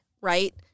right